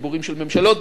דיבורים של ממשלות,